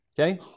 Okay